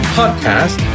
podcast